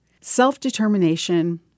Self-determination